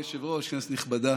אדוני היושב-ראש, כנסת נכבדה,